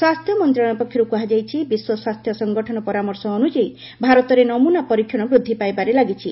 ସ୍ୱାସ୍ଥ୍ୟ ମନ୍ତ୍ରଣାଳୟ ପକ୍ଷରୁ କୁହାଯାଇଛି ବିଶ୍ୱ ସ୍ୱାସ୍ଥ୍ୟ ସଂଗଠନ ପରାମର୍ଶ ଅନୁଯାୟୀ ଭାରତରେ ନମୁନା ପରୀକ୍ଷଣ ବୃଦ୍ଧି ପାଇବାରେ ଲାଗିଛି